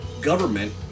government